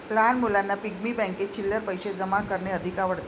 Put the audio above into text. लहान मुलांना पिग्गी बँकेत चिल्लर पैशे जमा करणे अधिक आवडते